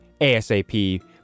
ASAP